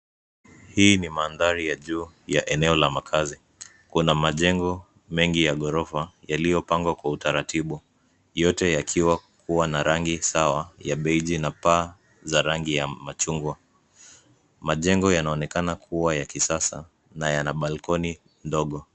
Hii ni mandhari ya juu ya eneo la makazi. Kuna majengo mengi ya ghorofa yaliyopangwa kwa utaratibu yote yakiwa kuwa na rangi ya sawa ya beige na paa za rangi ya machungwa. Majengo yanaonekana kuwa ya kisasa na yana balkoni ndogo.